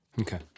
Okay